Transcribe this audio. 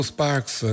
Sparks